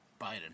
Biden